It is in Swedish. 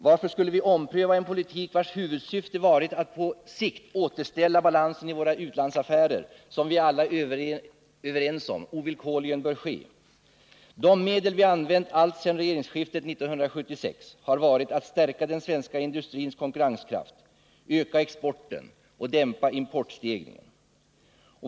Varför skulle vi ompröva en politik, vars huvudsyfte varit att på sikt återställa balansen i våra utlandsaffärer, något som vi alla är överens om ovillkorligen bör ske? Det medel vi använt alltsedan regeringsskiftet 1976 har varit att stärka den svenska industrins konkurrenskraft, öka importen och dämpa importstegringen.